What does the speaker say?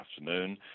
afternoon